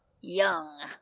young